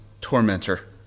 tormentor